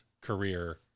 career